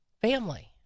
family